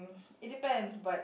it depends but